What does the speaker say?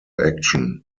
action